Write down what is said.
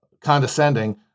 condescending